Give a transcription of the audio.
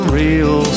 real